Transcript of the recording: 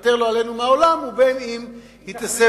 בין אם היא תיפטר,